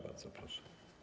Bardzo proszę.